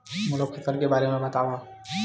मोला फसल के बारे म बतावव?